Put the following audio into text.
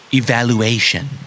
evaluation